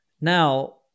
now